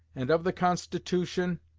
and of the constitution,